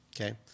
okay